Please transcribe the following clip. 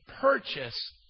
purchase